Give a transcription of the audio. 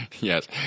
Yes